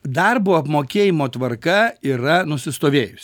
darbo apmokėjimo tvarka yra nusistovėjus